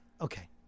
Okay